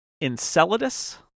Enceladus